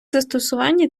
застосування